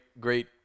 great